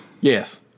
Yes